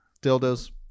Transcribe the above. dildos